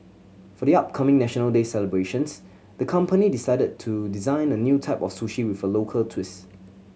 for the upcoming National Day celebrations the company decided to design a new type of sushi with a local twist